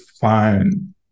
fine